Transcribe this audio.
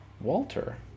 Walter